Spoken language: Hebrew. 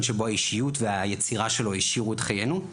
שבו האישיות והיצירה שלו העשירו את חיינו.